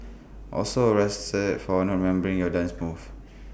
also arrested for not remembering your dance moves